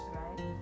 right